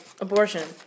abortion